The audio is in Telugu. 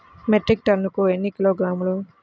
మెట్రిక్ టన్నుకు ఎన్ని కిలోగ్రాములు?